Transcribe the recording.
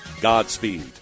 Godspeed